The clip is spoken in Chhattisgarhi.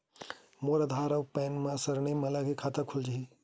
मोर आधार आऊ पैन मा सरनेम अलग हे खाता खुल जहीं?